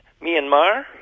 Myanmar